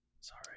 Sorry